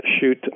shoot